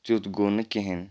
تیُتھ گوٚو نہٕ کِہیٖنۍ